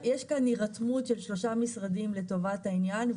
יש כאן הירתמות של שלושה משרדים לטובת העניין,